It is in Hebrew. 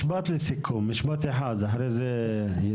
משפט סיכום אחד, בבקשה.